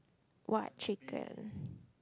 what chicken